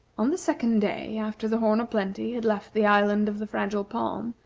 on the second day, after the horn o' plenty had left the island of the fragile palm,